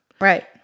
Right